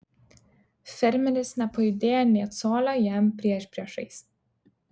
fermeris nepajudėjo nė colio jam priešpriešiais